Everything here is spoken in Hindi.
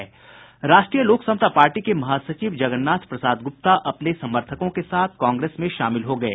राष्ट्रीय लोक समता पार्टी के महासचिव जगन्नाथ प्रसाद गुप्ता अपने समर्थकों के साथ कांग्रेस में शामिल हो गये